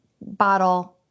bottle